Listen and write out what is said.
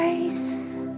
grace